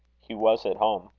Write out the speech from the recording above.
he was at home.